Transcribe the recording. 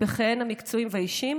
בחייהן המקצועיים והאישיים,